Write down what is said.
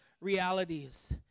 realities